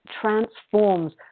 transforms